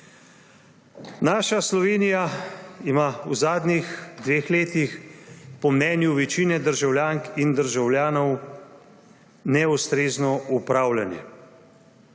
Naša Slovenija ima v zadnjih dveh letih po mnenju večine državljank in državljanov neustrezno upravljanje.